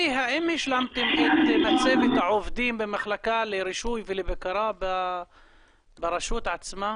האם השלמתם את מצבת העובדים במחלקה לרישוי ולבקרה ברשות עצמה.